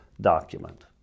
document